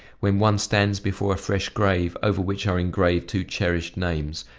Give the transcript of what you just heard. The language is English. when one stands before a fresh grave, over which are engraved two cherished names,